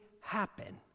happen